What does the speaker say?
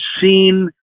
seen